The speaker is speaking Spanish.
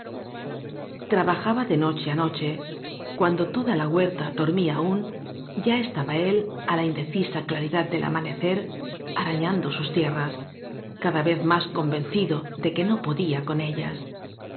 trabajaba de noche á noche cuando toda la huerta dormía aún ya estaba él á la inde cisa claridad del amanecer arañando sus tie rras cada vez más convencido de que no podía con ellas